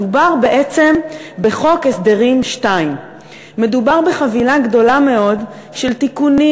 מדובר בעצם בחוק הסדרים 2. מדובר בחבילה גדולה מאוד של תיקונים